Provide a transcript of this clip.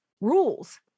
Rules